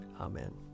Amen